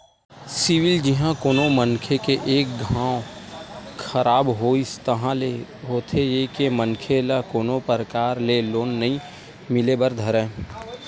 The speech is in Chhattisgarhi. सिविल जिहाँ कोनो मनखे के एक घांव खराब होइस ताहले होथे ये के मनखे ल कोनो परकार ले लोन नइ मिले बर धरय